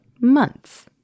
months